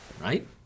Right